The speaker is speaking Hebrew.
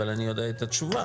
אבל אני יודע את התשובה,